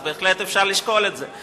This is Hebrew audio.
אז בהחלט אפשר לשקול את זה.